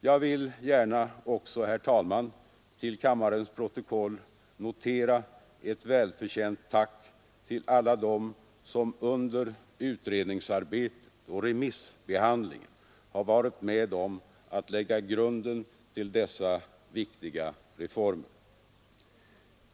Jag vill gärna till kammarens protokoll också notera ett välförtjänt tack till alla dem som under utredningsarbetet och remissbehandlingen har varit med om att lägga grunden till dessa viktiga reformer.